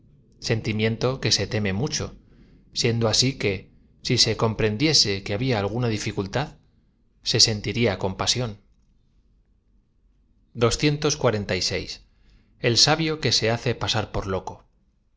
sentimiento que se teme mucho siendo asi que si se comprendiese que había alguna dificultad se sentiría con l sabio que se ha es pasar p o r loco